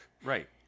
Right